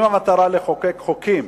אם המטרה היא לחוקק חוקים,